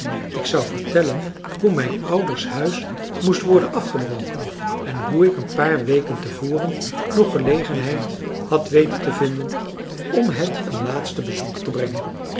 ik zou vertellen hoe mijn ouders huis moest worden afgebroken en hoe ik een paar weken te voren nog gelegenheid had weten te vinden om het een laatst bezoek te brengen